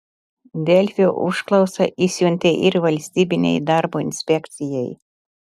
delfi užklausą išsiuntė ir valstybinei darbo inspekcijai